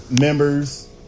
members